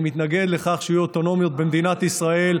אני מתנגד לכך שיהיו אוטונומיות במדינת ישראל,